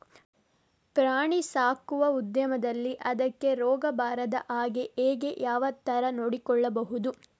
ಪ್ರಾಣಿ ಸಾಕುವ ಉದ್ಯಮದಲ್ಲಿ ಅದಕ್ಕೆ ರೋಗ ಬಾರದ ಹಾಗೆ ಹೇಗೆ ಯಾವ ತರ ನೋಡಿಕೊಳ್ಳಬೇಕು?